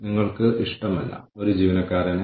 അവരുടെ ഉൽപ്പാദന നിലവാരം എന്താണ്